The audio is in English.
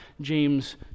James